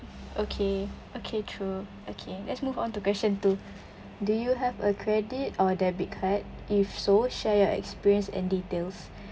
okay okay true okay let's move on to question two do you have a credit or debit card if so share your experience and details